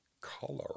color